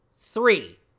Three